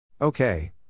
Okay